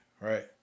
right